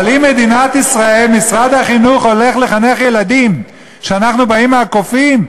אבל משרד החינוך במדינת ישראל הולך לחנך ילדים שאנחנו באים מהקופים,